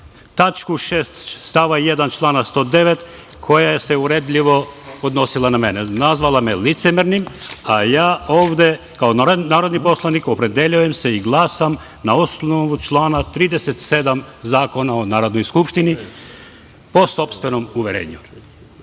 tačku 6) stav 1. člana 109. koja se uvredljivo odnosila na mene. Nazvala me licemernim, a ja ovde kao narodni poslanik opredeljujem se i glasam na osnovu člana 37. Zakona o Narodnoj skupštini po sopstvenom uverenju. Kada